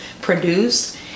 produced